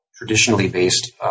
traditionally-based